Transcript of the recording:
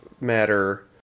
matter